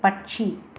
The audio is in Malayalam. പക്ഷി